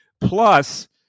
Plus